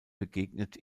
begegnet